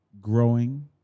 growing